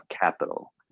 capital